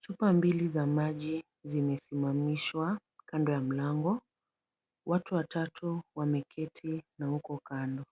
Chupa mbili za maji zimesimamishwa kando ya mlango. Watu watatu wameketi na huko kando.